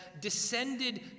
descended